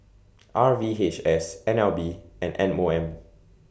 R V H S N L B and M O M